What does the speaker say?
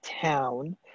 town